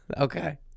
okay